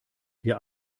wir